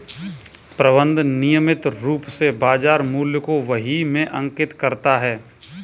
प्रबंधक नियमित रूप से बाज़ार मूल्य को बही में अंकित करता है